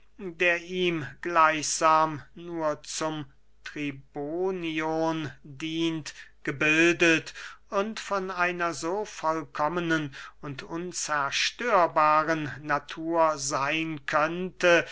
der ihm gleichsam nur zum tribonion dient gebildet und von einer so vollkommenen und unzerstörbaren natur seyn könnte